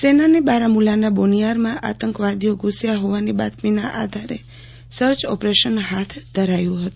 સેનાને બારામુલ્લાના બોનીયારમાં આતંકવાદીઓ ઘુસ્યા હોવાની બાતમીના આધારે સર્ચ ઓપરેશન હાથ ધરાયું હતું